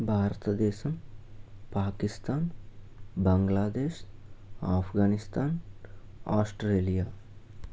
Bharatadesam Pakistan Bangladesh Afghanistan Australia